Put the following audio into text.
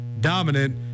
dominant